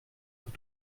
coup